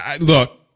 look